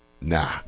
Nah